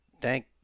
thank